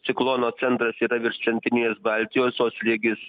ciklono centras yra virš centrinės baltijos o slėgis